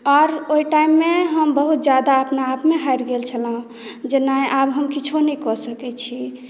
आओर ओहि टाइम मे हम बहुत जादा अपना आपमे हारि गेल छलहुँ जेना आब हम किछो नहि कऽ सकैत छी